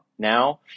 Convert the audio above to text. Now